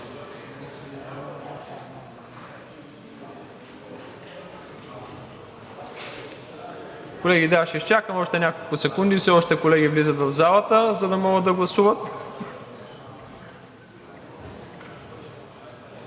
Колеги, ще изчакам още няколко секунди, все още колеги влизат в залата, за да могат да гласуват.